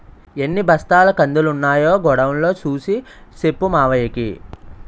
ఎన్ని బస్తాల కందులున్నాయో గొడౌన్ లో సూసి సెప్పు మావయ్యకి